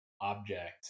object